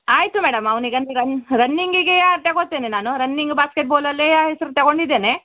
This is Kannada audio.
ಆಯಿತು ಮೇಡಮ್ ಅವ್ನಿಗೆ ಅಂದ್ರೆ ಈಗ ರನ್ ರನ್ನಿಂಗಿಗೆ ತೊಗೊಳ್ತೇನೆ ನಾನು ರನ್ನಿಂಗ್ ಬಾಸ್ಕೆಟ್ಬಾಲಲ್ಲೇ ಹೆಸರು ತೊಗೊಂಡಿದೇನೆ